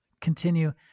continue